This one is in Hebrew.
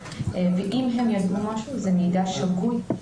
ואם הם ידעו משהו זה מידע שגוי,